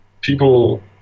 people